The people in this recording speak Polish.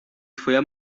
twoja